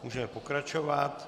Můžeme pokračovat.